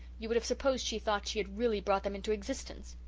you would have supposed she thought she had really brought them into existence.